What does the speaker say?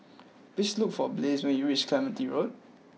please look for Blaze when you reach Clementi Road